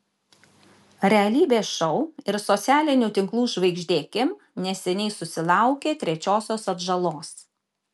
realybės šou ir socialinių tinklų žvaigždė kim neseniai susilaukė trečiosios atžalos